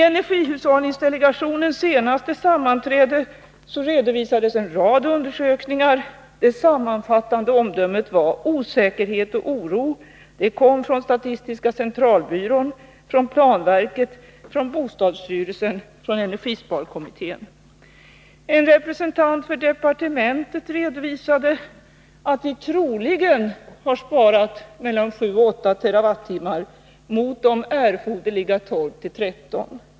Vid energihushållningsdelegationens senaste sammanträde redovisades en rad undersökningar. Det sammanfattande omdömet var osäkerhet och oro. Det kom från bl.a. statistiska centralbyrån, planverket, bostadsstyrelsen och energisparkommittén. En representant för departementet redovisade att vi troligen har sparat mellan 7 och 8 terawattimmar, mot erforderliga 12-13.